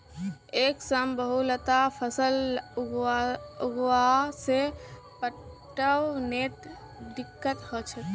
एक संग बहुतला फसल लगावा से पटवनोत दिक्कत ह छेक